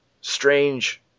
Strange